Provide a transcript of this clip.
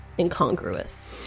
incongruous